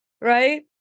right